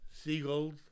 seagulls